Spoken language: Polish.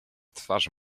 twarz